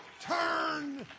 turn